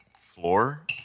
floor